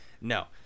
No